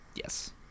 Yes